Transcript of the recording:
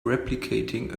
replicating